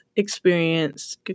experience